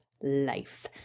life